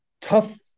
tough